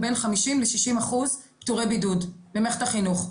בין 50%-60% פטורי בידוד במערכת החינוך.